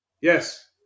Yes